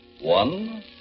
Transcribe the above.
One